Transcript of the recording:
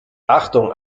achtung